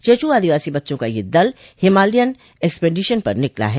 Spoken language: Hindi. चेंचू आदिवासी बच्चों का यह दल हिमालयन एक्सपेडीशन पर निकला है